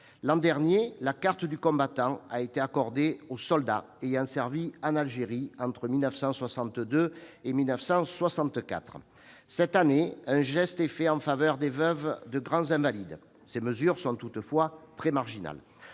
L'an dernier, la carte du combattant a été accordée aux soldats ayant servi en Algérie entre 1962 et 1964. Cette année, un geste est fait en faveur des veuves de grands invalides. Ces mesures sont toutefois très marginales.